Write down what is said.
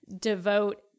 devote